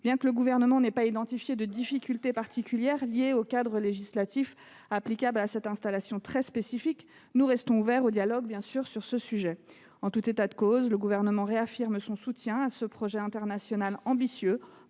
Bien que le Gouvernement n’ait pas détecté de difficultés particulières relatives au cadre législatif applicable à cette installation très spécifique, nous restons ouverts au dialogue sur ce sujet. En tout état de cause, le Gouvernement réaffirme son soutien à ce projet international ambitieux,